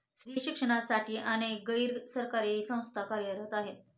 स्त्री शिक्षणासाठी अनेक गैर सरकारी संस्था कार्य करत आहेत